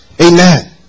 Amen